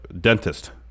Dentist